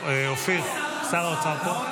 אופיר, שר האוצר פה?